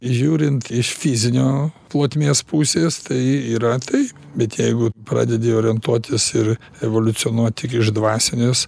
žiūrint iš fizinio plotmės pusės tai yra tai bet jeigu pradedi orientuotis ir evoliucionuot tik iš dvasinės